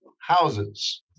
houses